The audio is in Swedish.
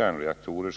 värmereaktorer.